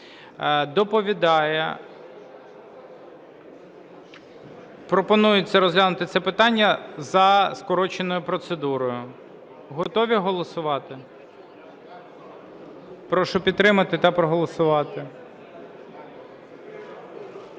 Доповідає... Пропонується розглянути це питання за скороченою процедурою. Готові голосувати? Прошу підтримати та проголосувати